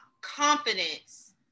confidence